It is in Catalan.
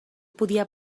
podia